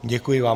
Děkuji vám.